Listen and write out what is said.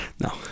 no